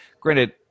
granted